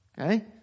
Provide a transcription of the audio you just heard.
Okay